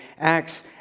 acts